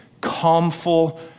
calmful